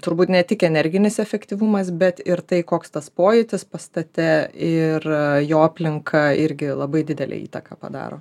turbūt ne tik energinis efektyvumas bet ir tai koks tas pojūtis pastate ir jo aplinka irgi labai didelę įtaką padaro